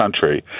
country